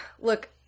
look